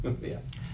Yes